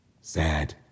Sad